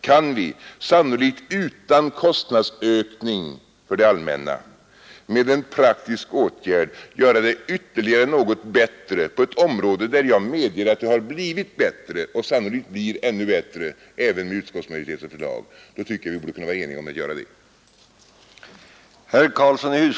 Kan vi, sannolikt utan kostnadsökning för det allmänna, med en praktisk åtgärd göra det ytterligare något bättre på ett område där jag medger att det har blivit bättre och sannolikt blir ännu bättre även med utskottsmajoritetens förslag, så tycker jag att vi borde kunna vara eniga om att göra det.